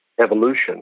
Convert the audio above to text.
evolution